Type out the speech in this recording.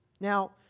Now